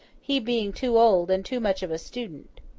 he being too old and too much of a student.